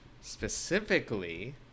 Specifically